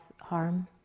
harm